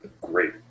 Great